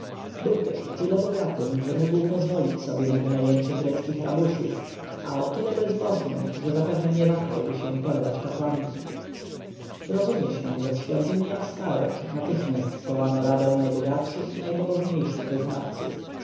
był też o tyle bogatym że mógł pozwolić sobie na wynajęcie greckich rabusiów a o tyle bezbożnym że zapewne nie wahałby się porwać kapłanki rozumie się że w świątyni astoreth natychmiast zwołano radę najbogatszych i najpobożniejszych wyznawców